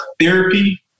therapy